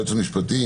היועץ המשפטי,